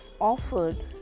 offered